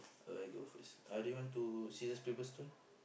uh I go first uh do you want to scissors paper stone